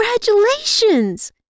congratulations